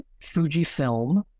Fujifilm